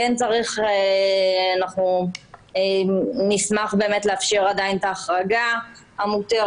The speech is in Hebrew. כן צריך, אנחנו נשמח באמת לאפשר עדיין את החרגה המותרת,